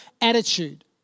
attitude